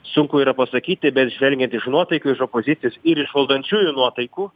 sunku yra pasakyti bet žvelgiant iš nuotaikių iš opozicijos ir iš valdančiųjų nuotaikų